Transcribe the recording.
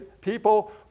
People